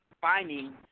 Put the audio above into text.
finding